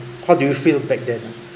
what do you feel back then